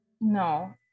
No